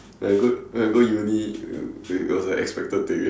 when I go when I go uni it it was expected thing eh